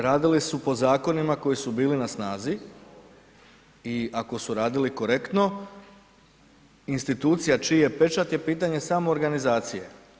Radili su po zakonima koji su bili na snazi i ako su radili korektno, institucija čiji je pečat je pitanje samo organizacije.